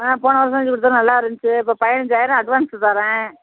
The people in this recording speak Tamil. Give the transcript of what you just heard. ஆ போன வருடம் செஞ்சு கொடுத்தது நல்லாயிருந்துச்சி இப்போ பதினைஞ்சாயிரம் அட்வான்ஸு தரேன்